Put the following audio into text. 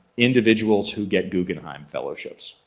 individuals who get guggenheim fellowships,